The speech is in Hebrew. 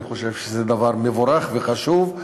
אני חושב שזה דבר מבורך וחשוב,